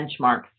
benchmarks